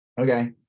Okay